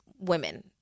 women